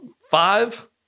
five